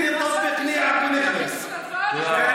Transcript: אדוני השר, מה אתה מציע?